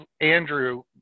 Andrew